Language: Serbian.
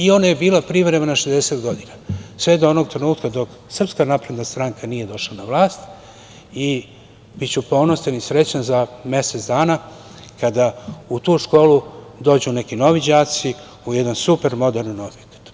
Ona je bila privremena 60 godina, sve do onog trenutka dok Srpska napredna stranka nije došla na vlast i biću ponosan i srećan za mesec dana kada u tu školu dođu neki novi đaci u jedan super moderan objekat.